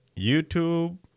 YouTube